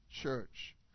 church